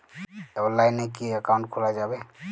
অনলাইনে কি অ্যাকাউন্ট খোলা যাবে?